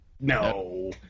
No